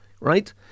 Right